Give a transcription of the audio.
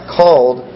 called